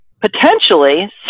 potentially